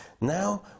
Now